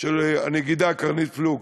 של הנגידה קרנית פלוג